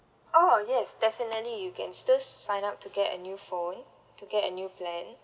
oh yes definitely you can still sign up to get a new phone to get a new plan